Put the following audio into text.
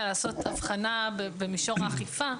לסיים היום את הדיון על הצעת החוק ולהגיש אותה לקריאה ראשונה.